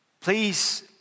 Please